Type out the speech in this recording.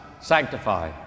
sanctify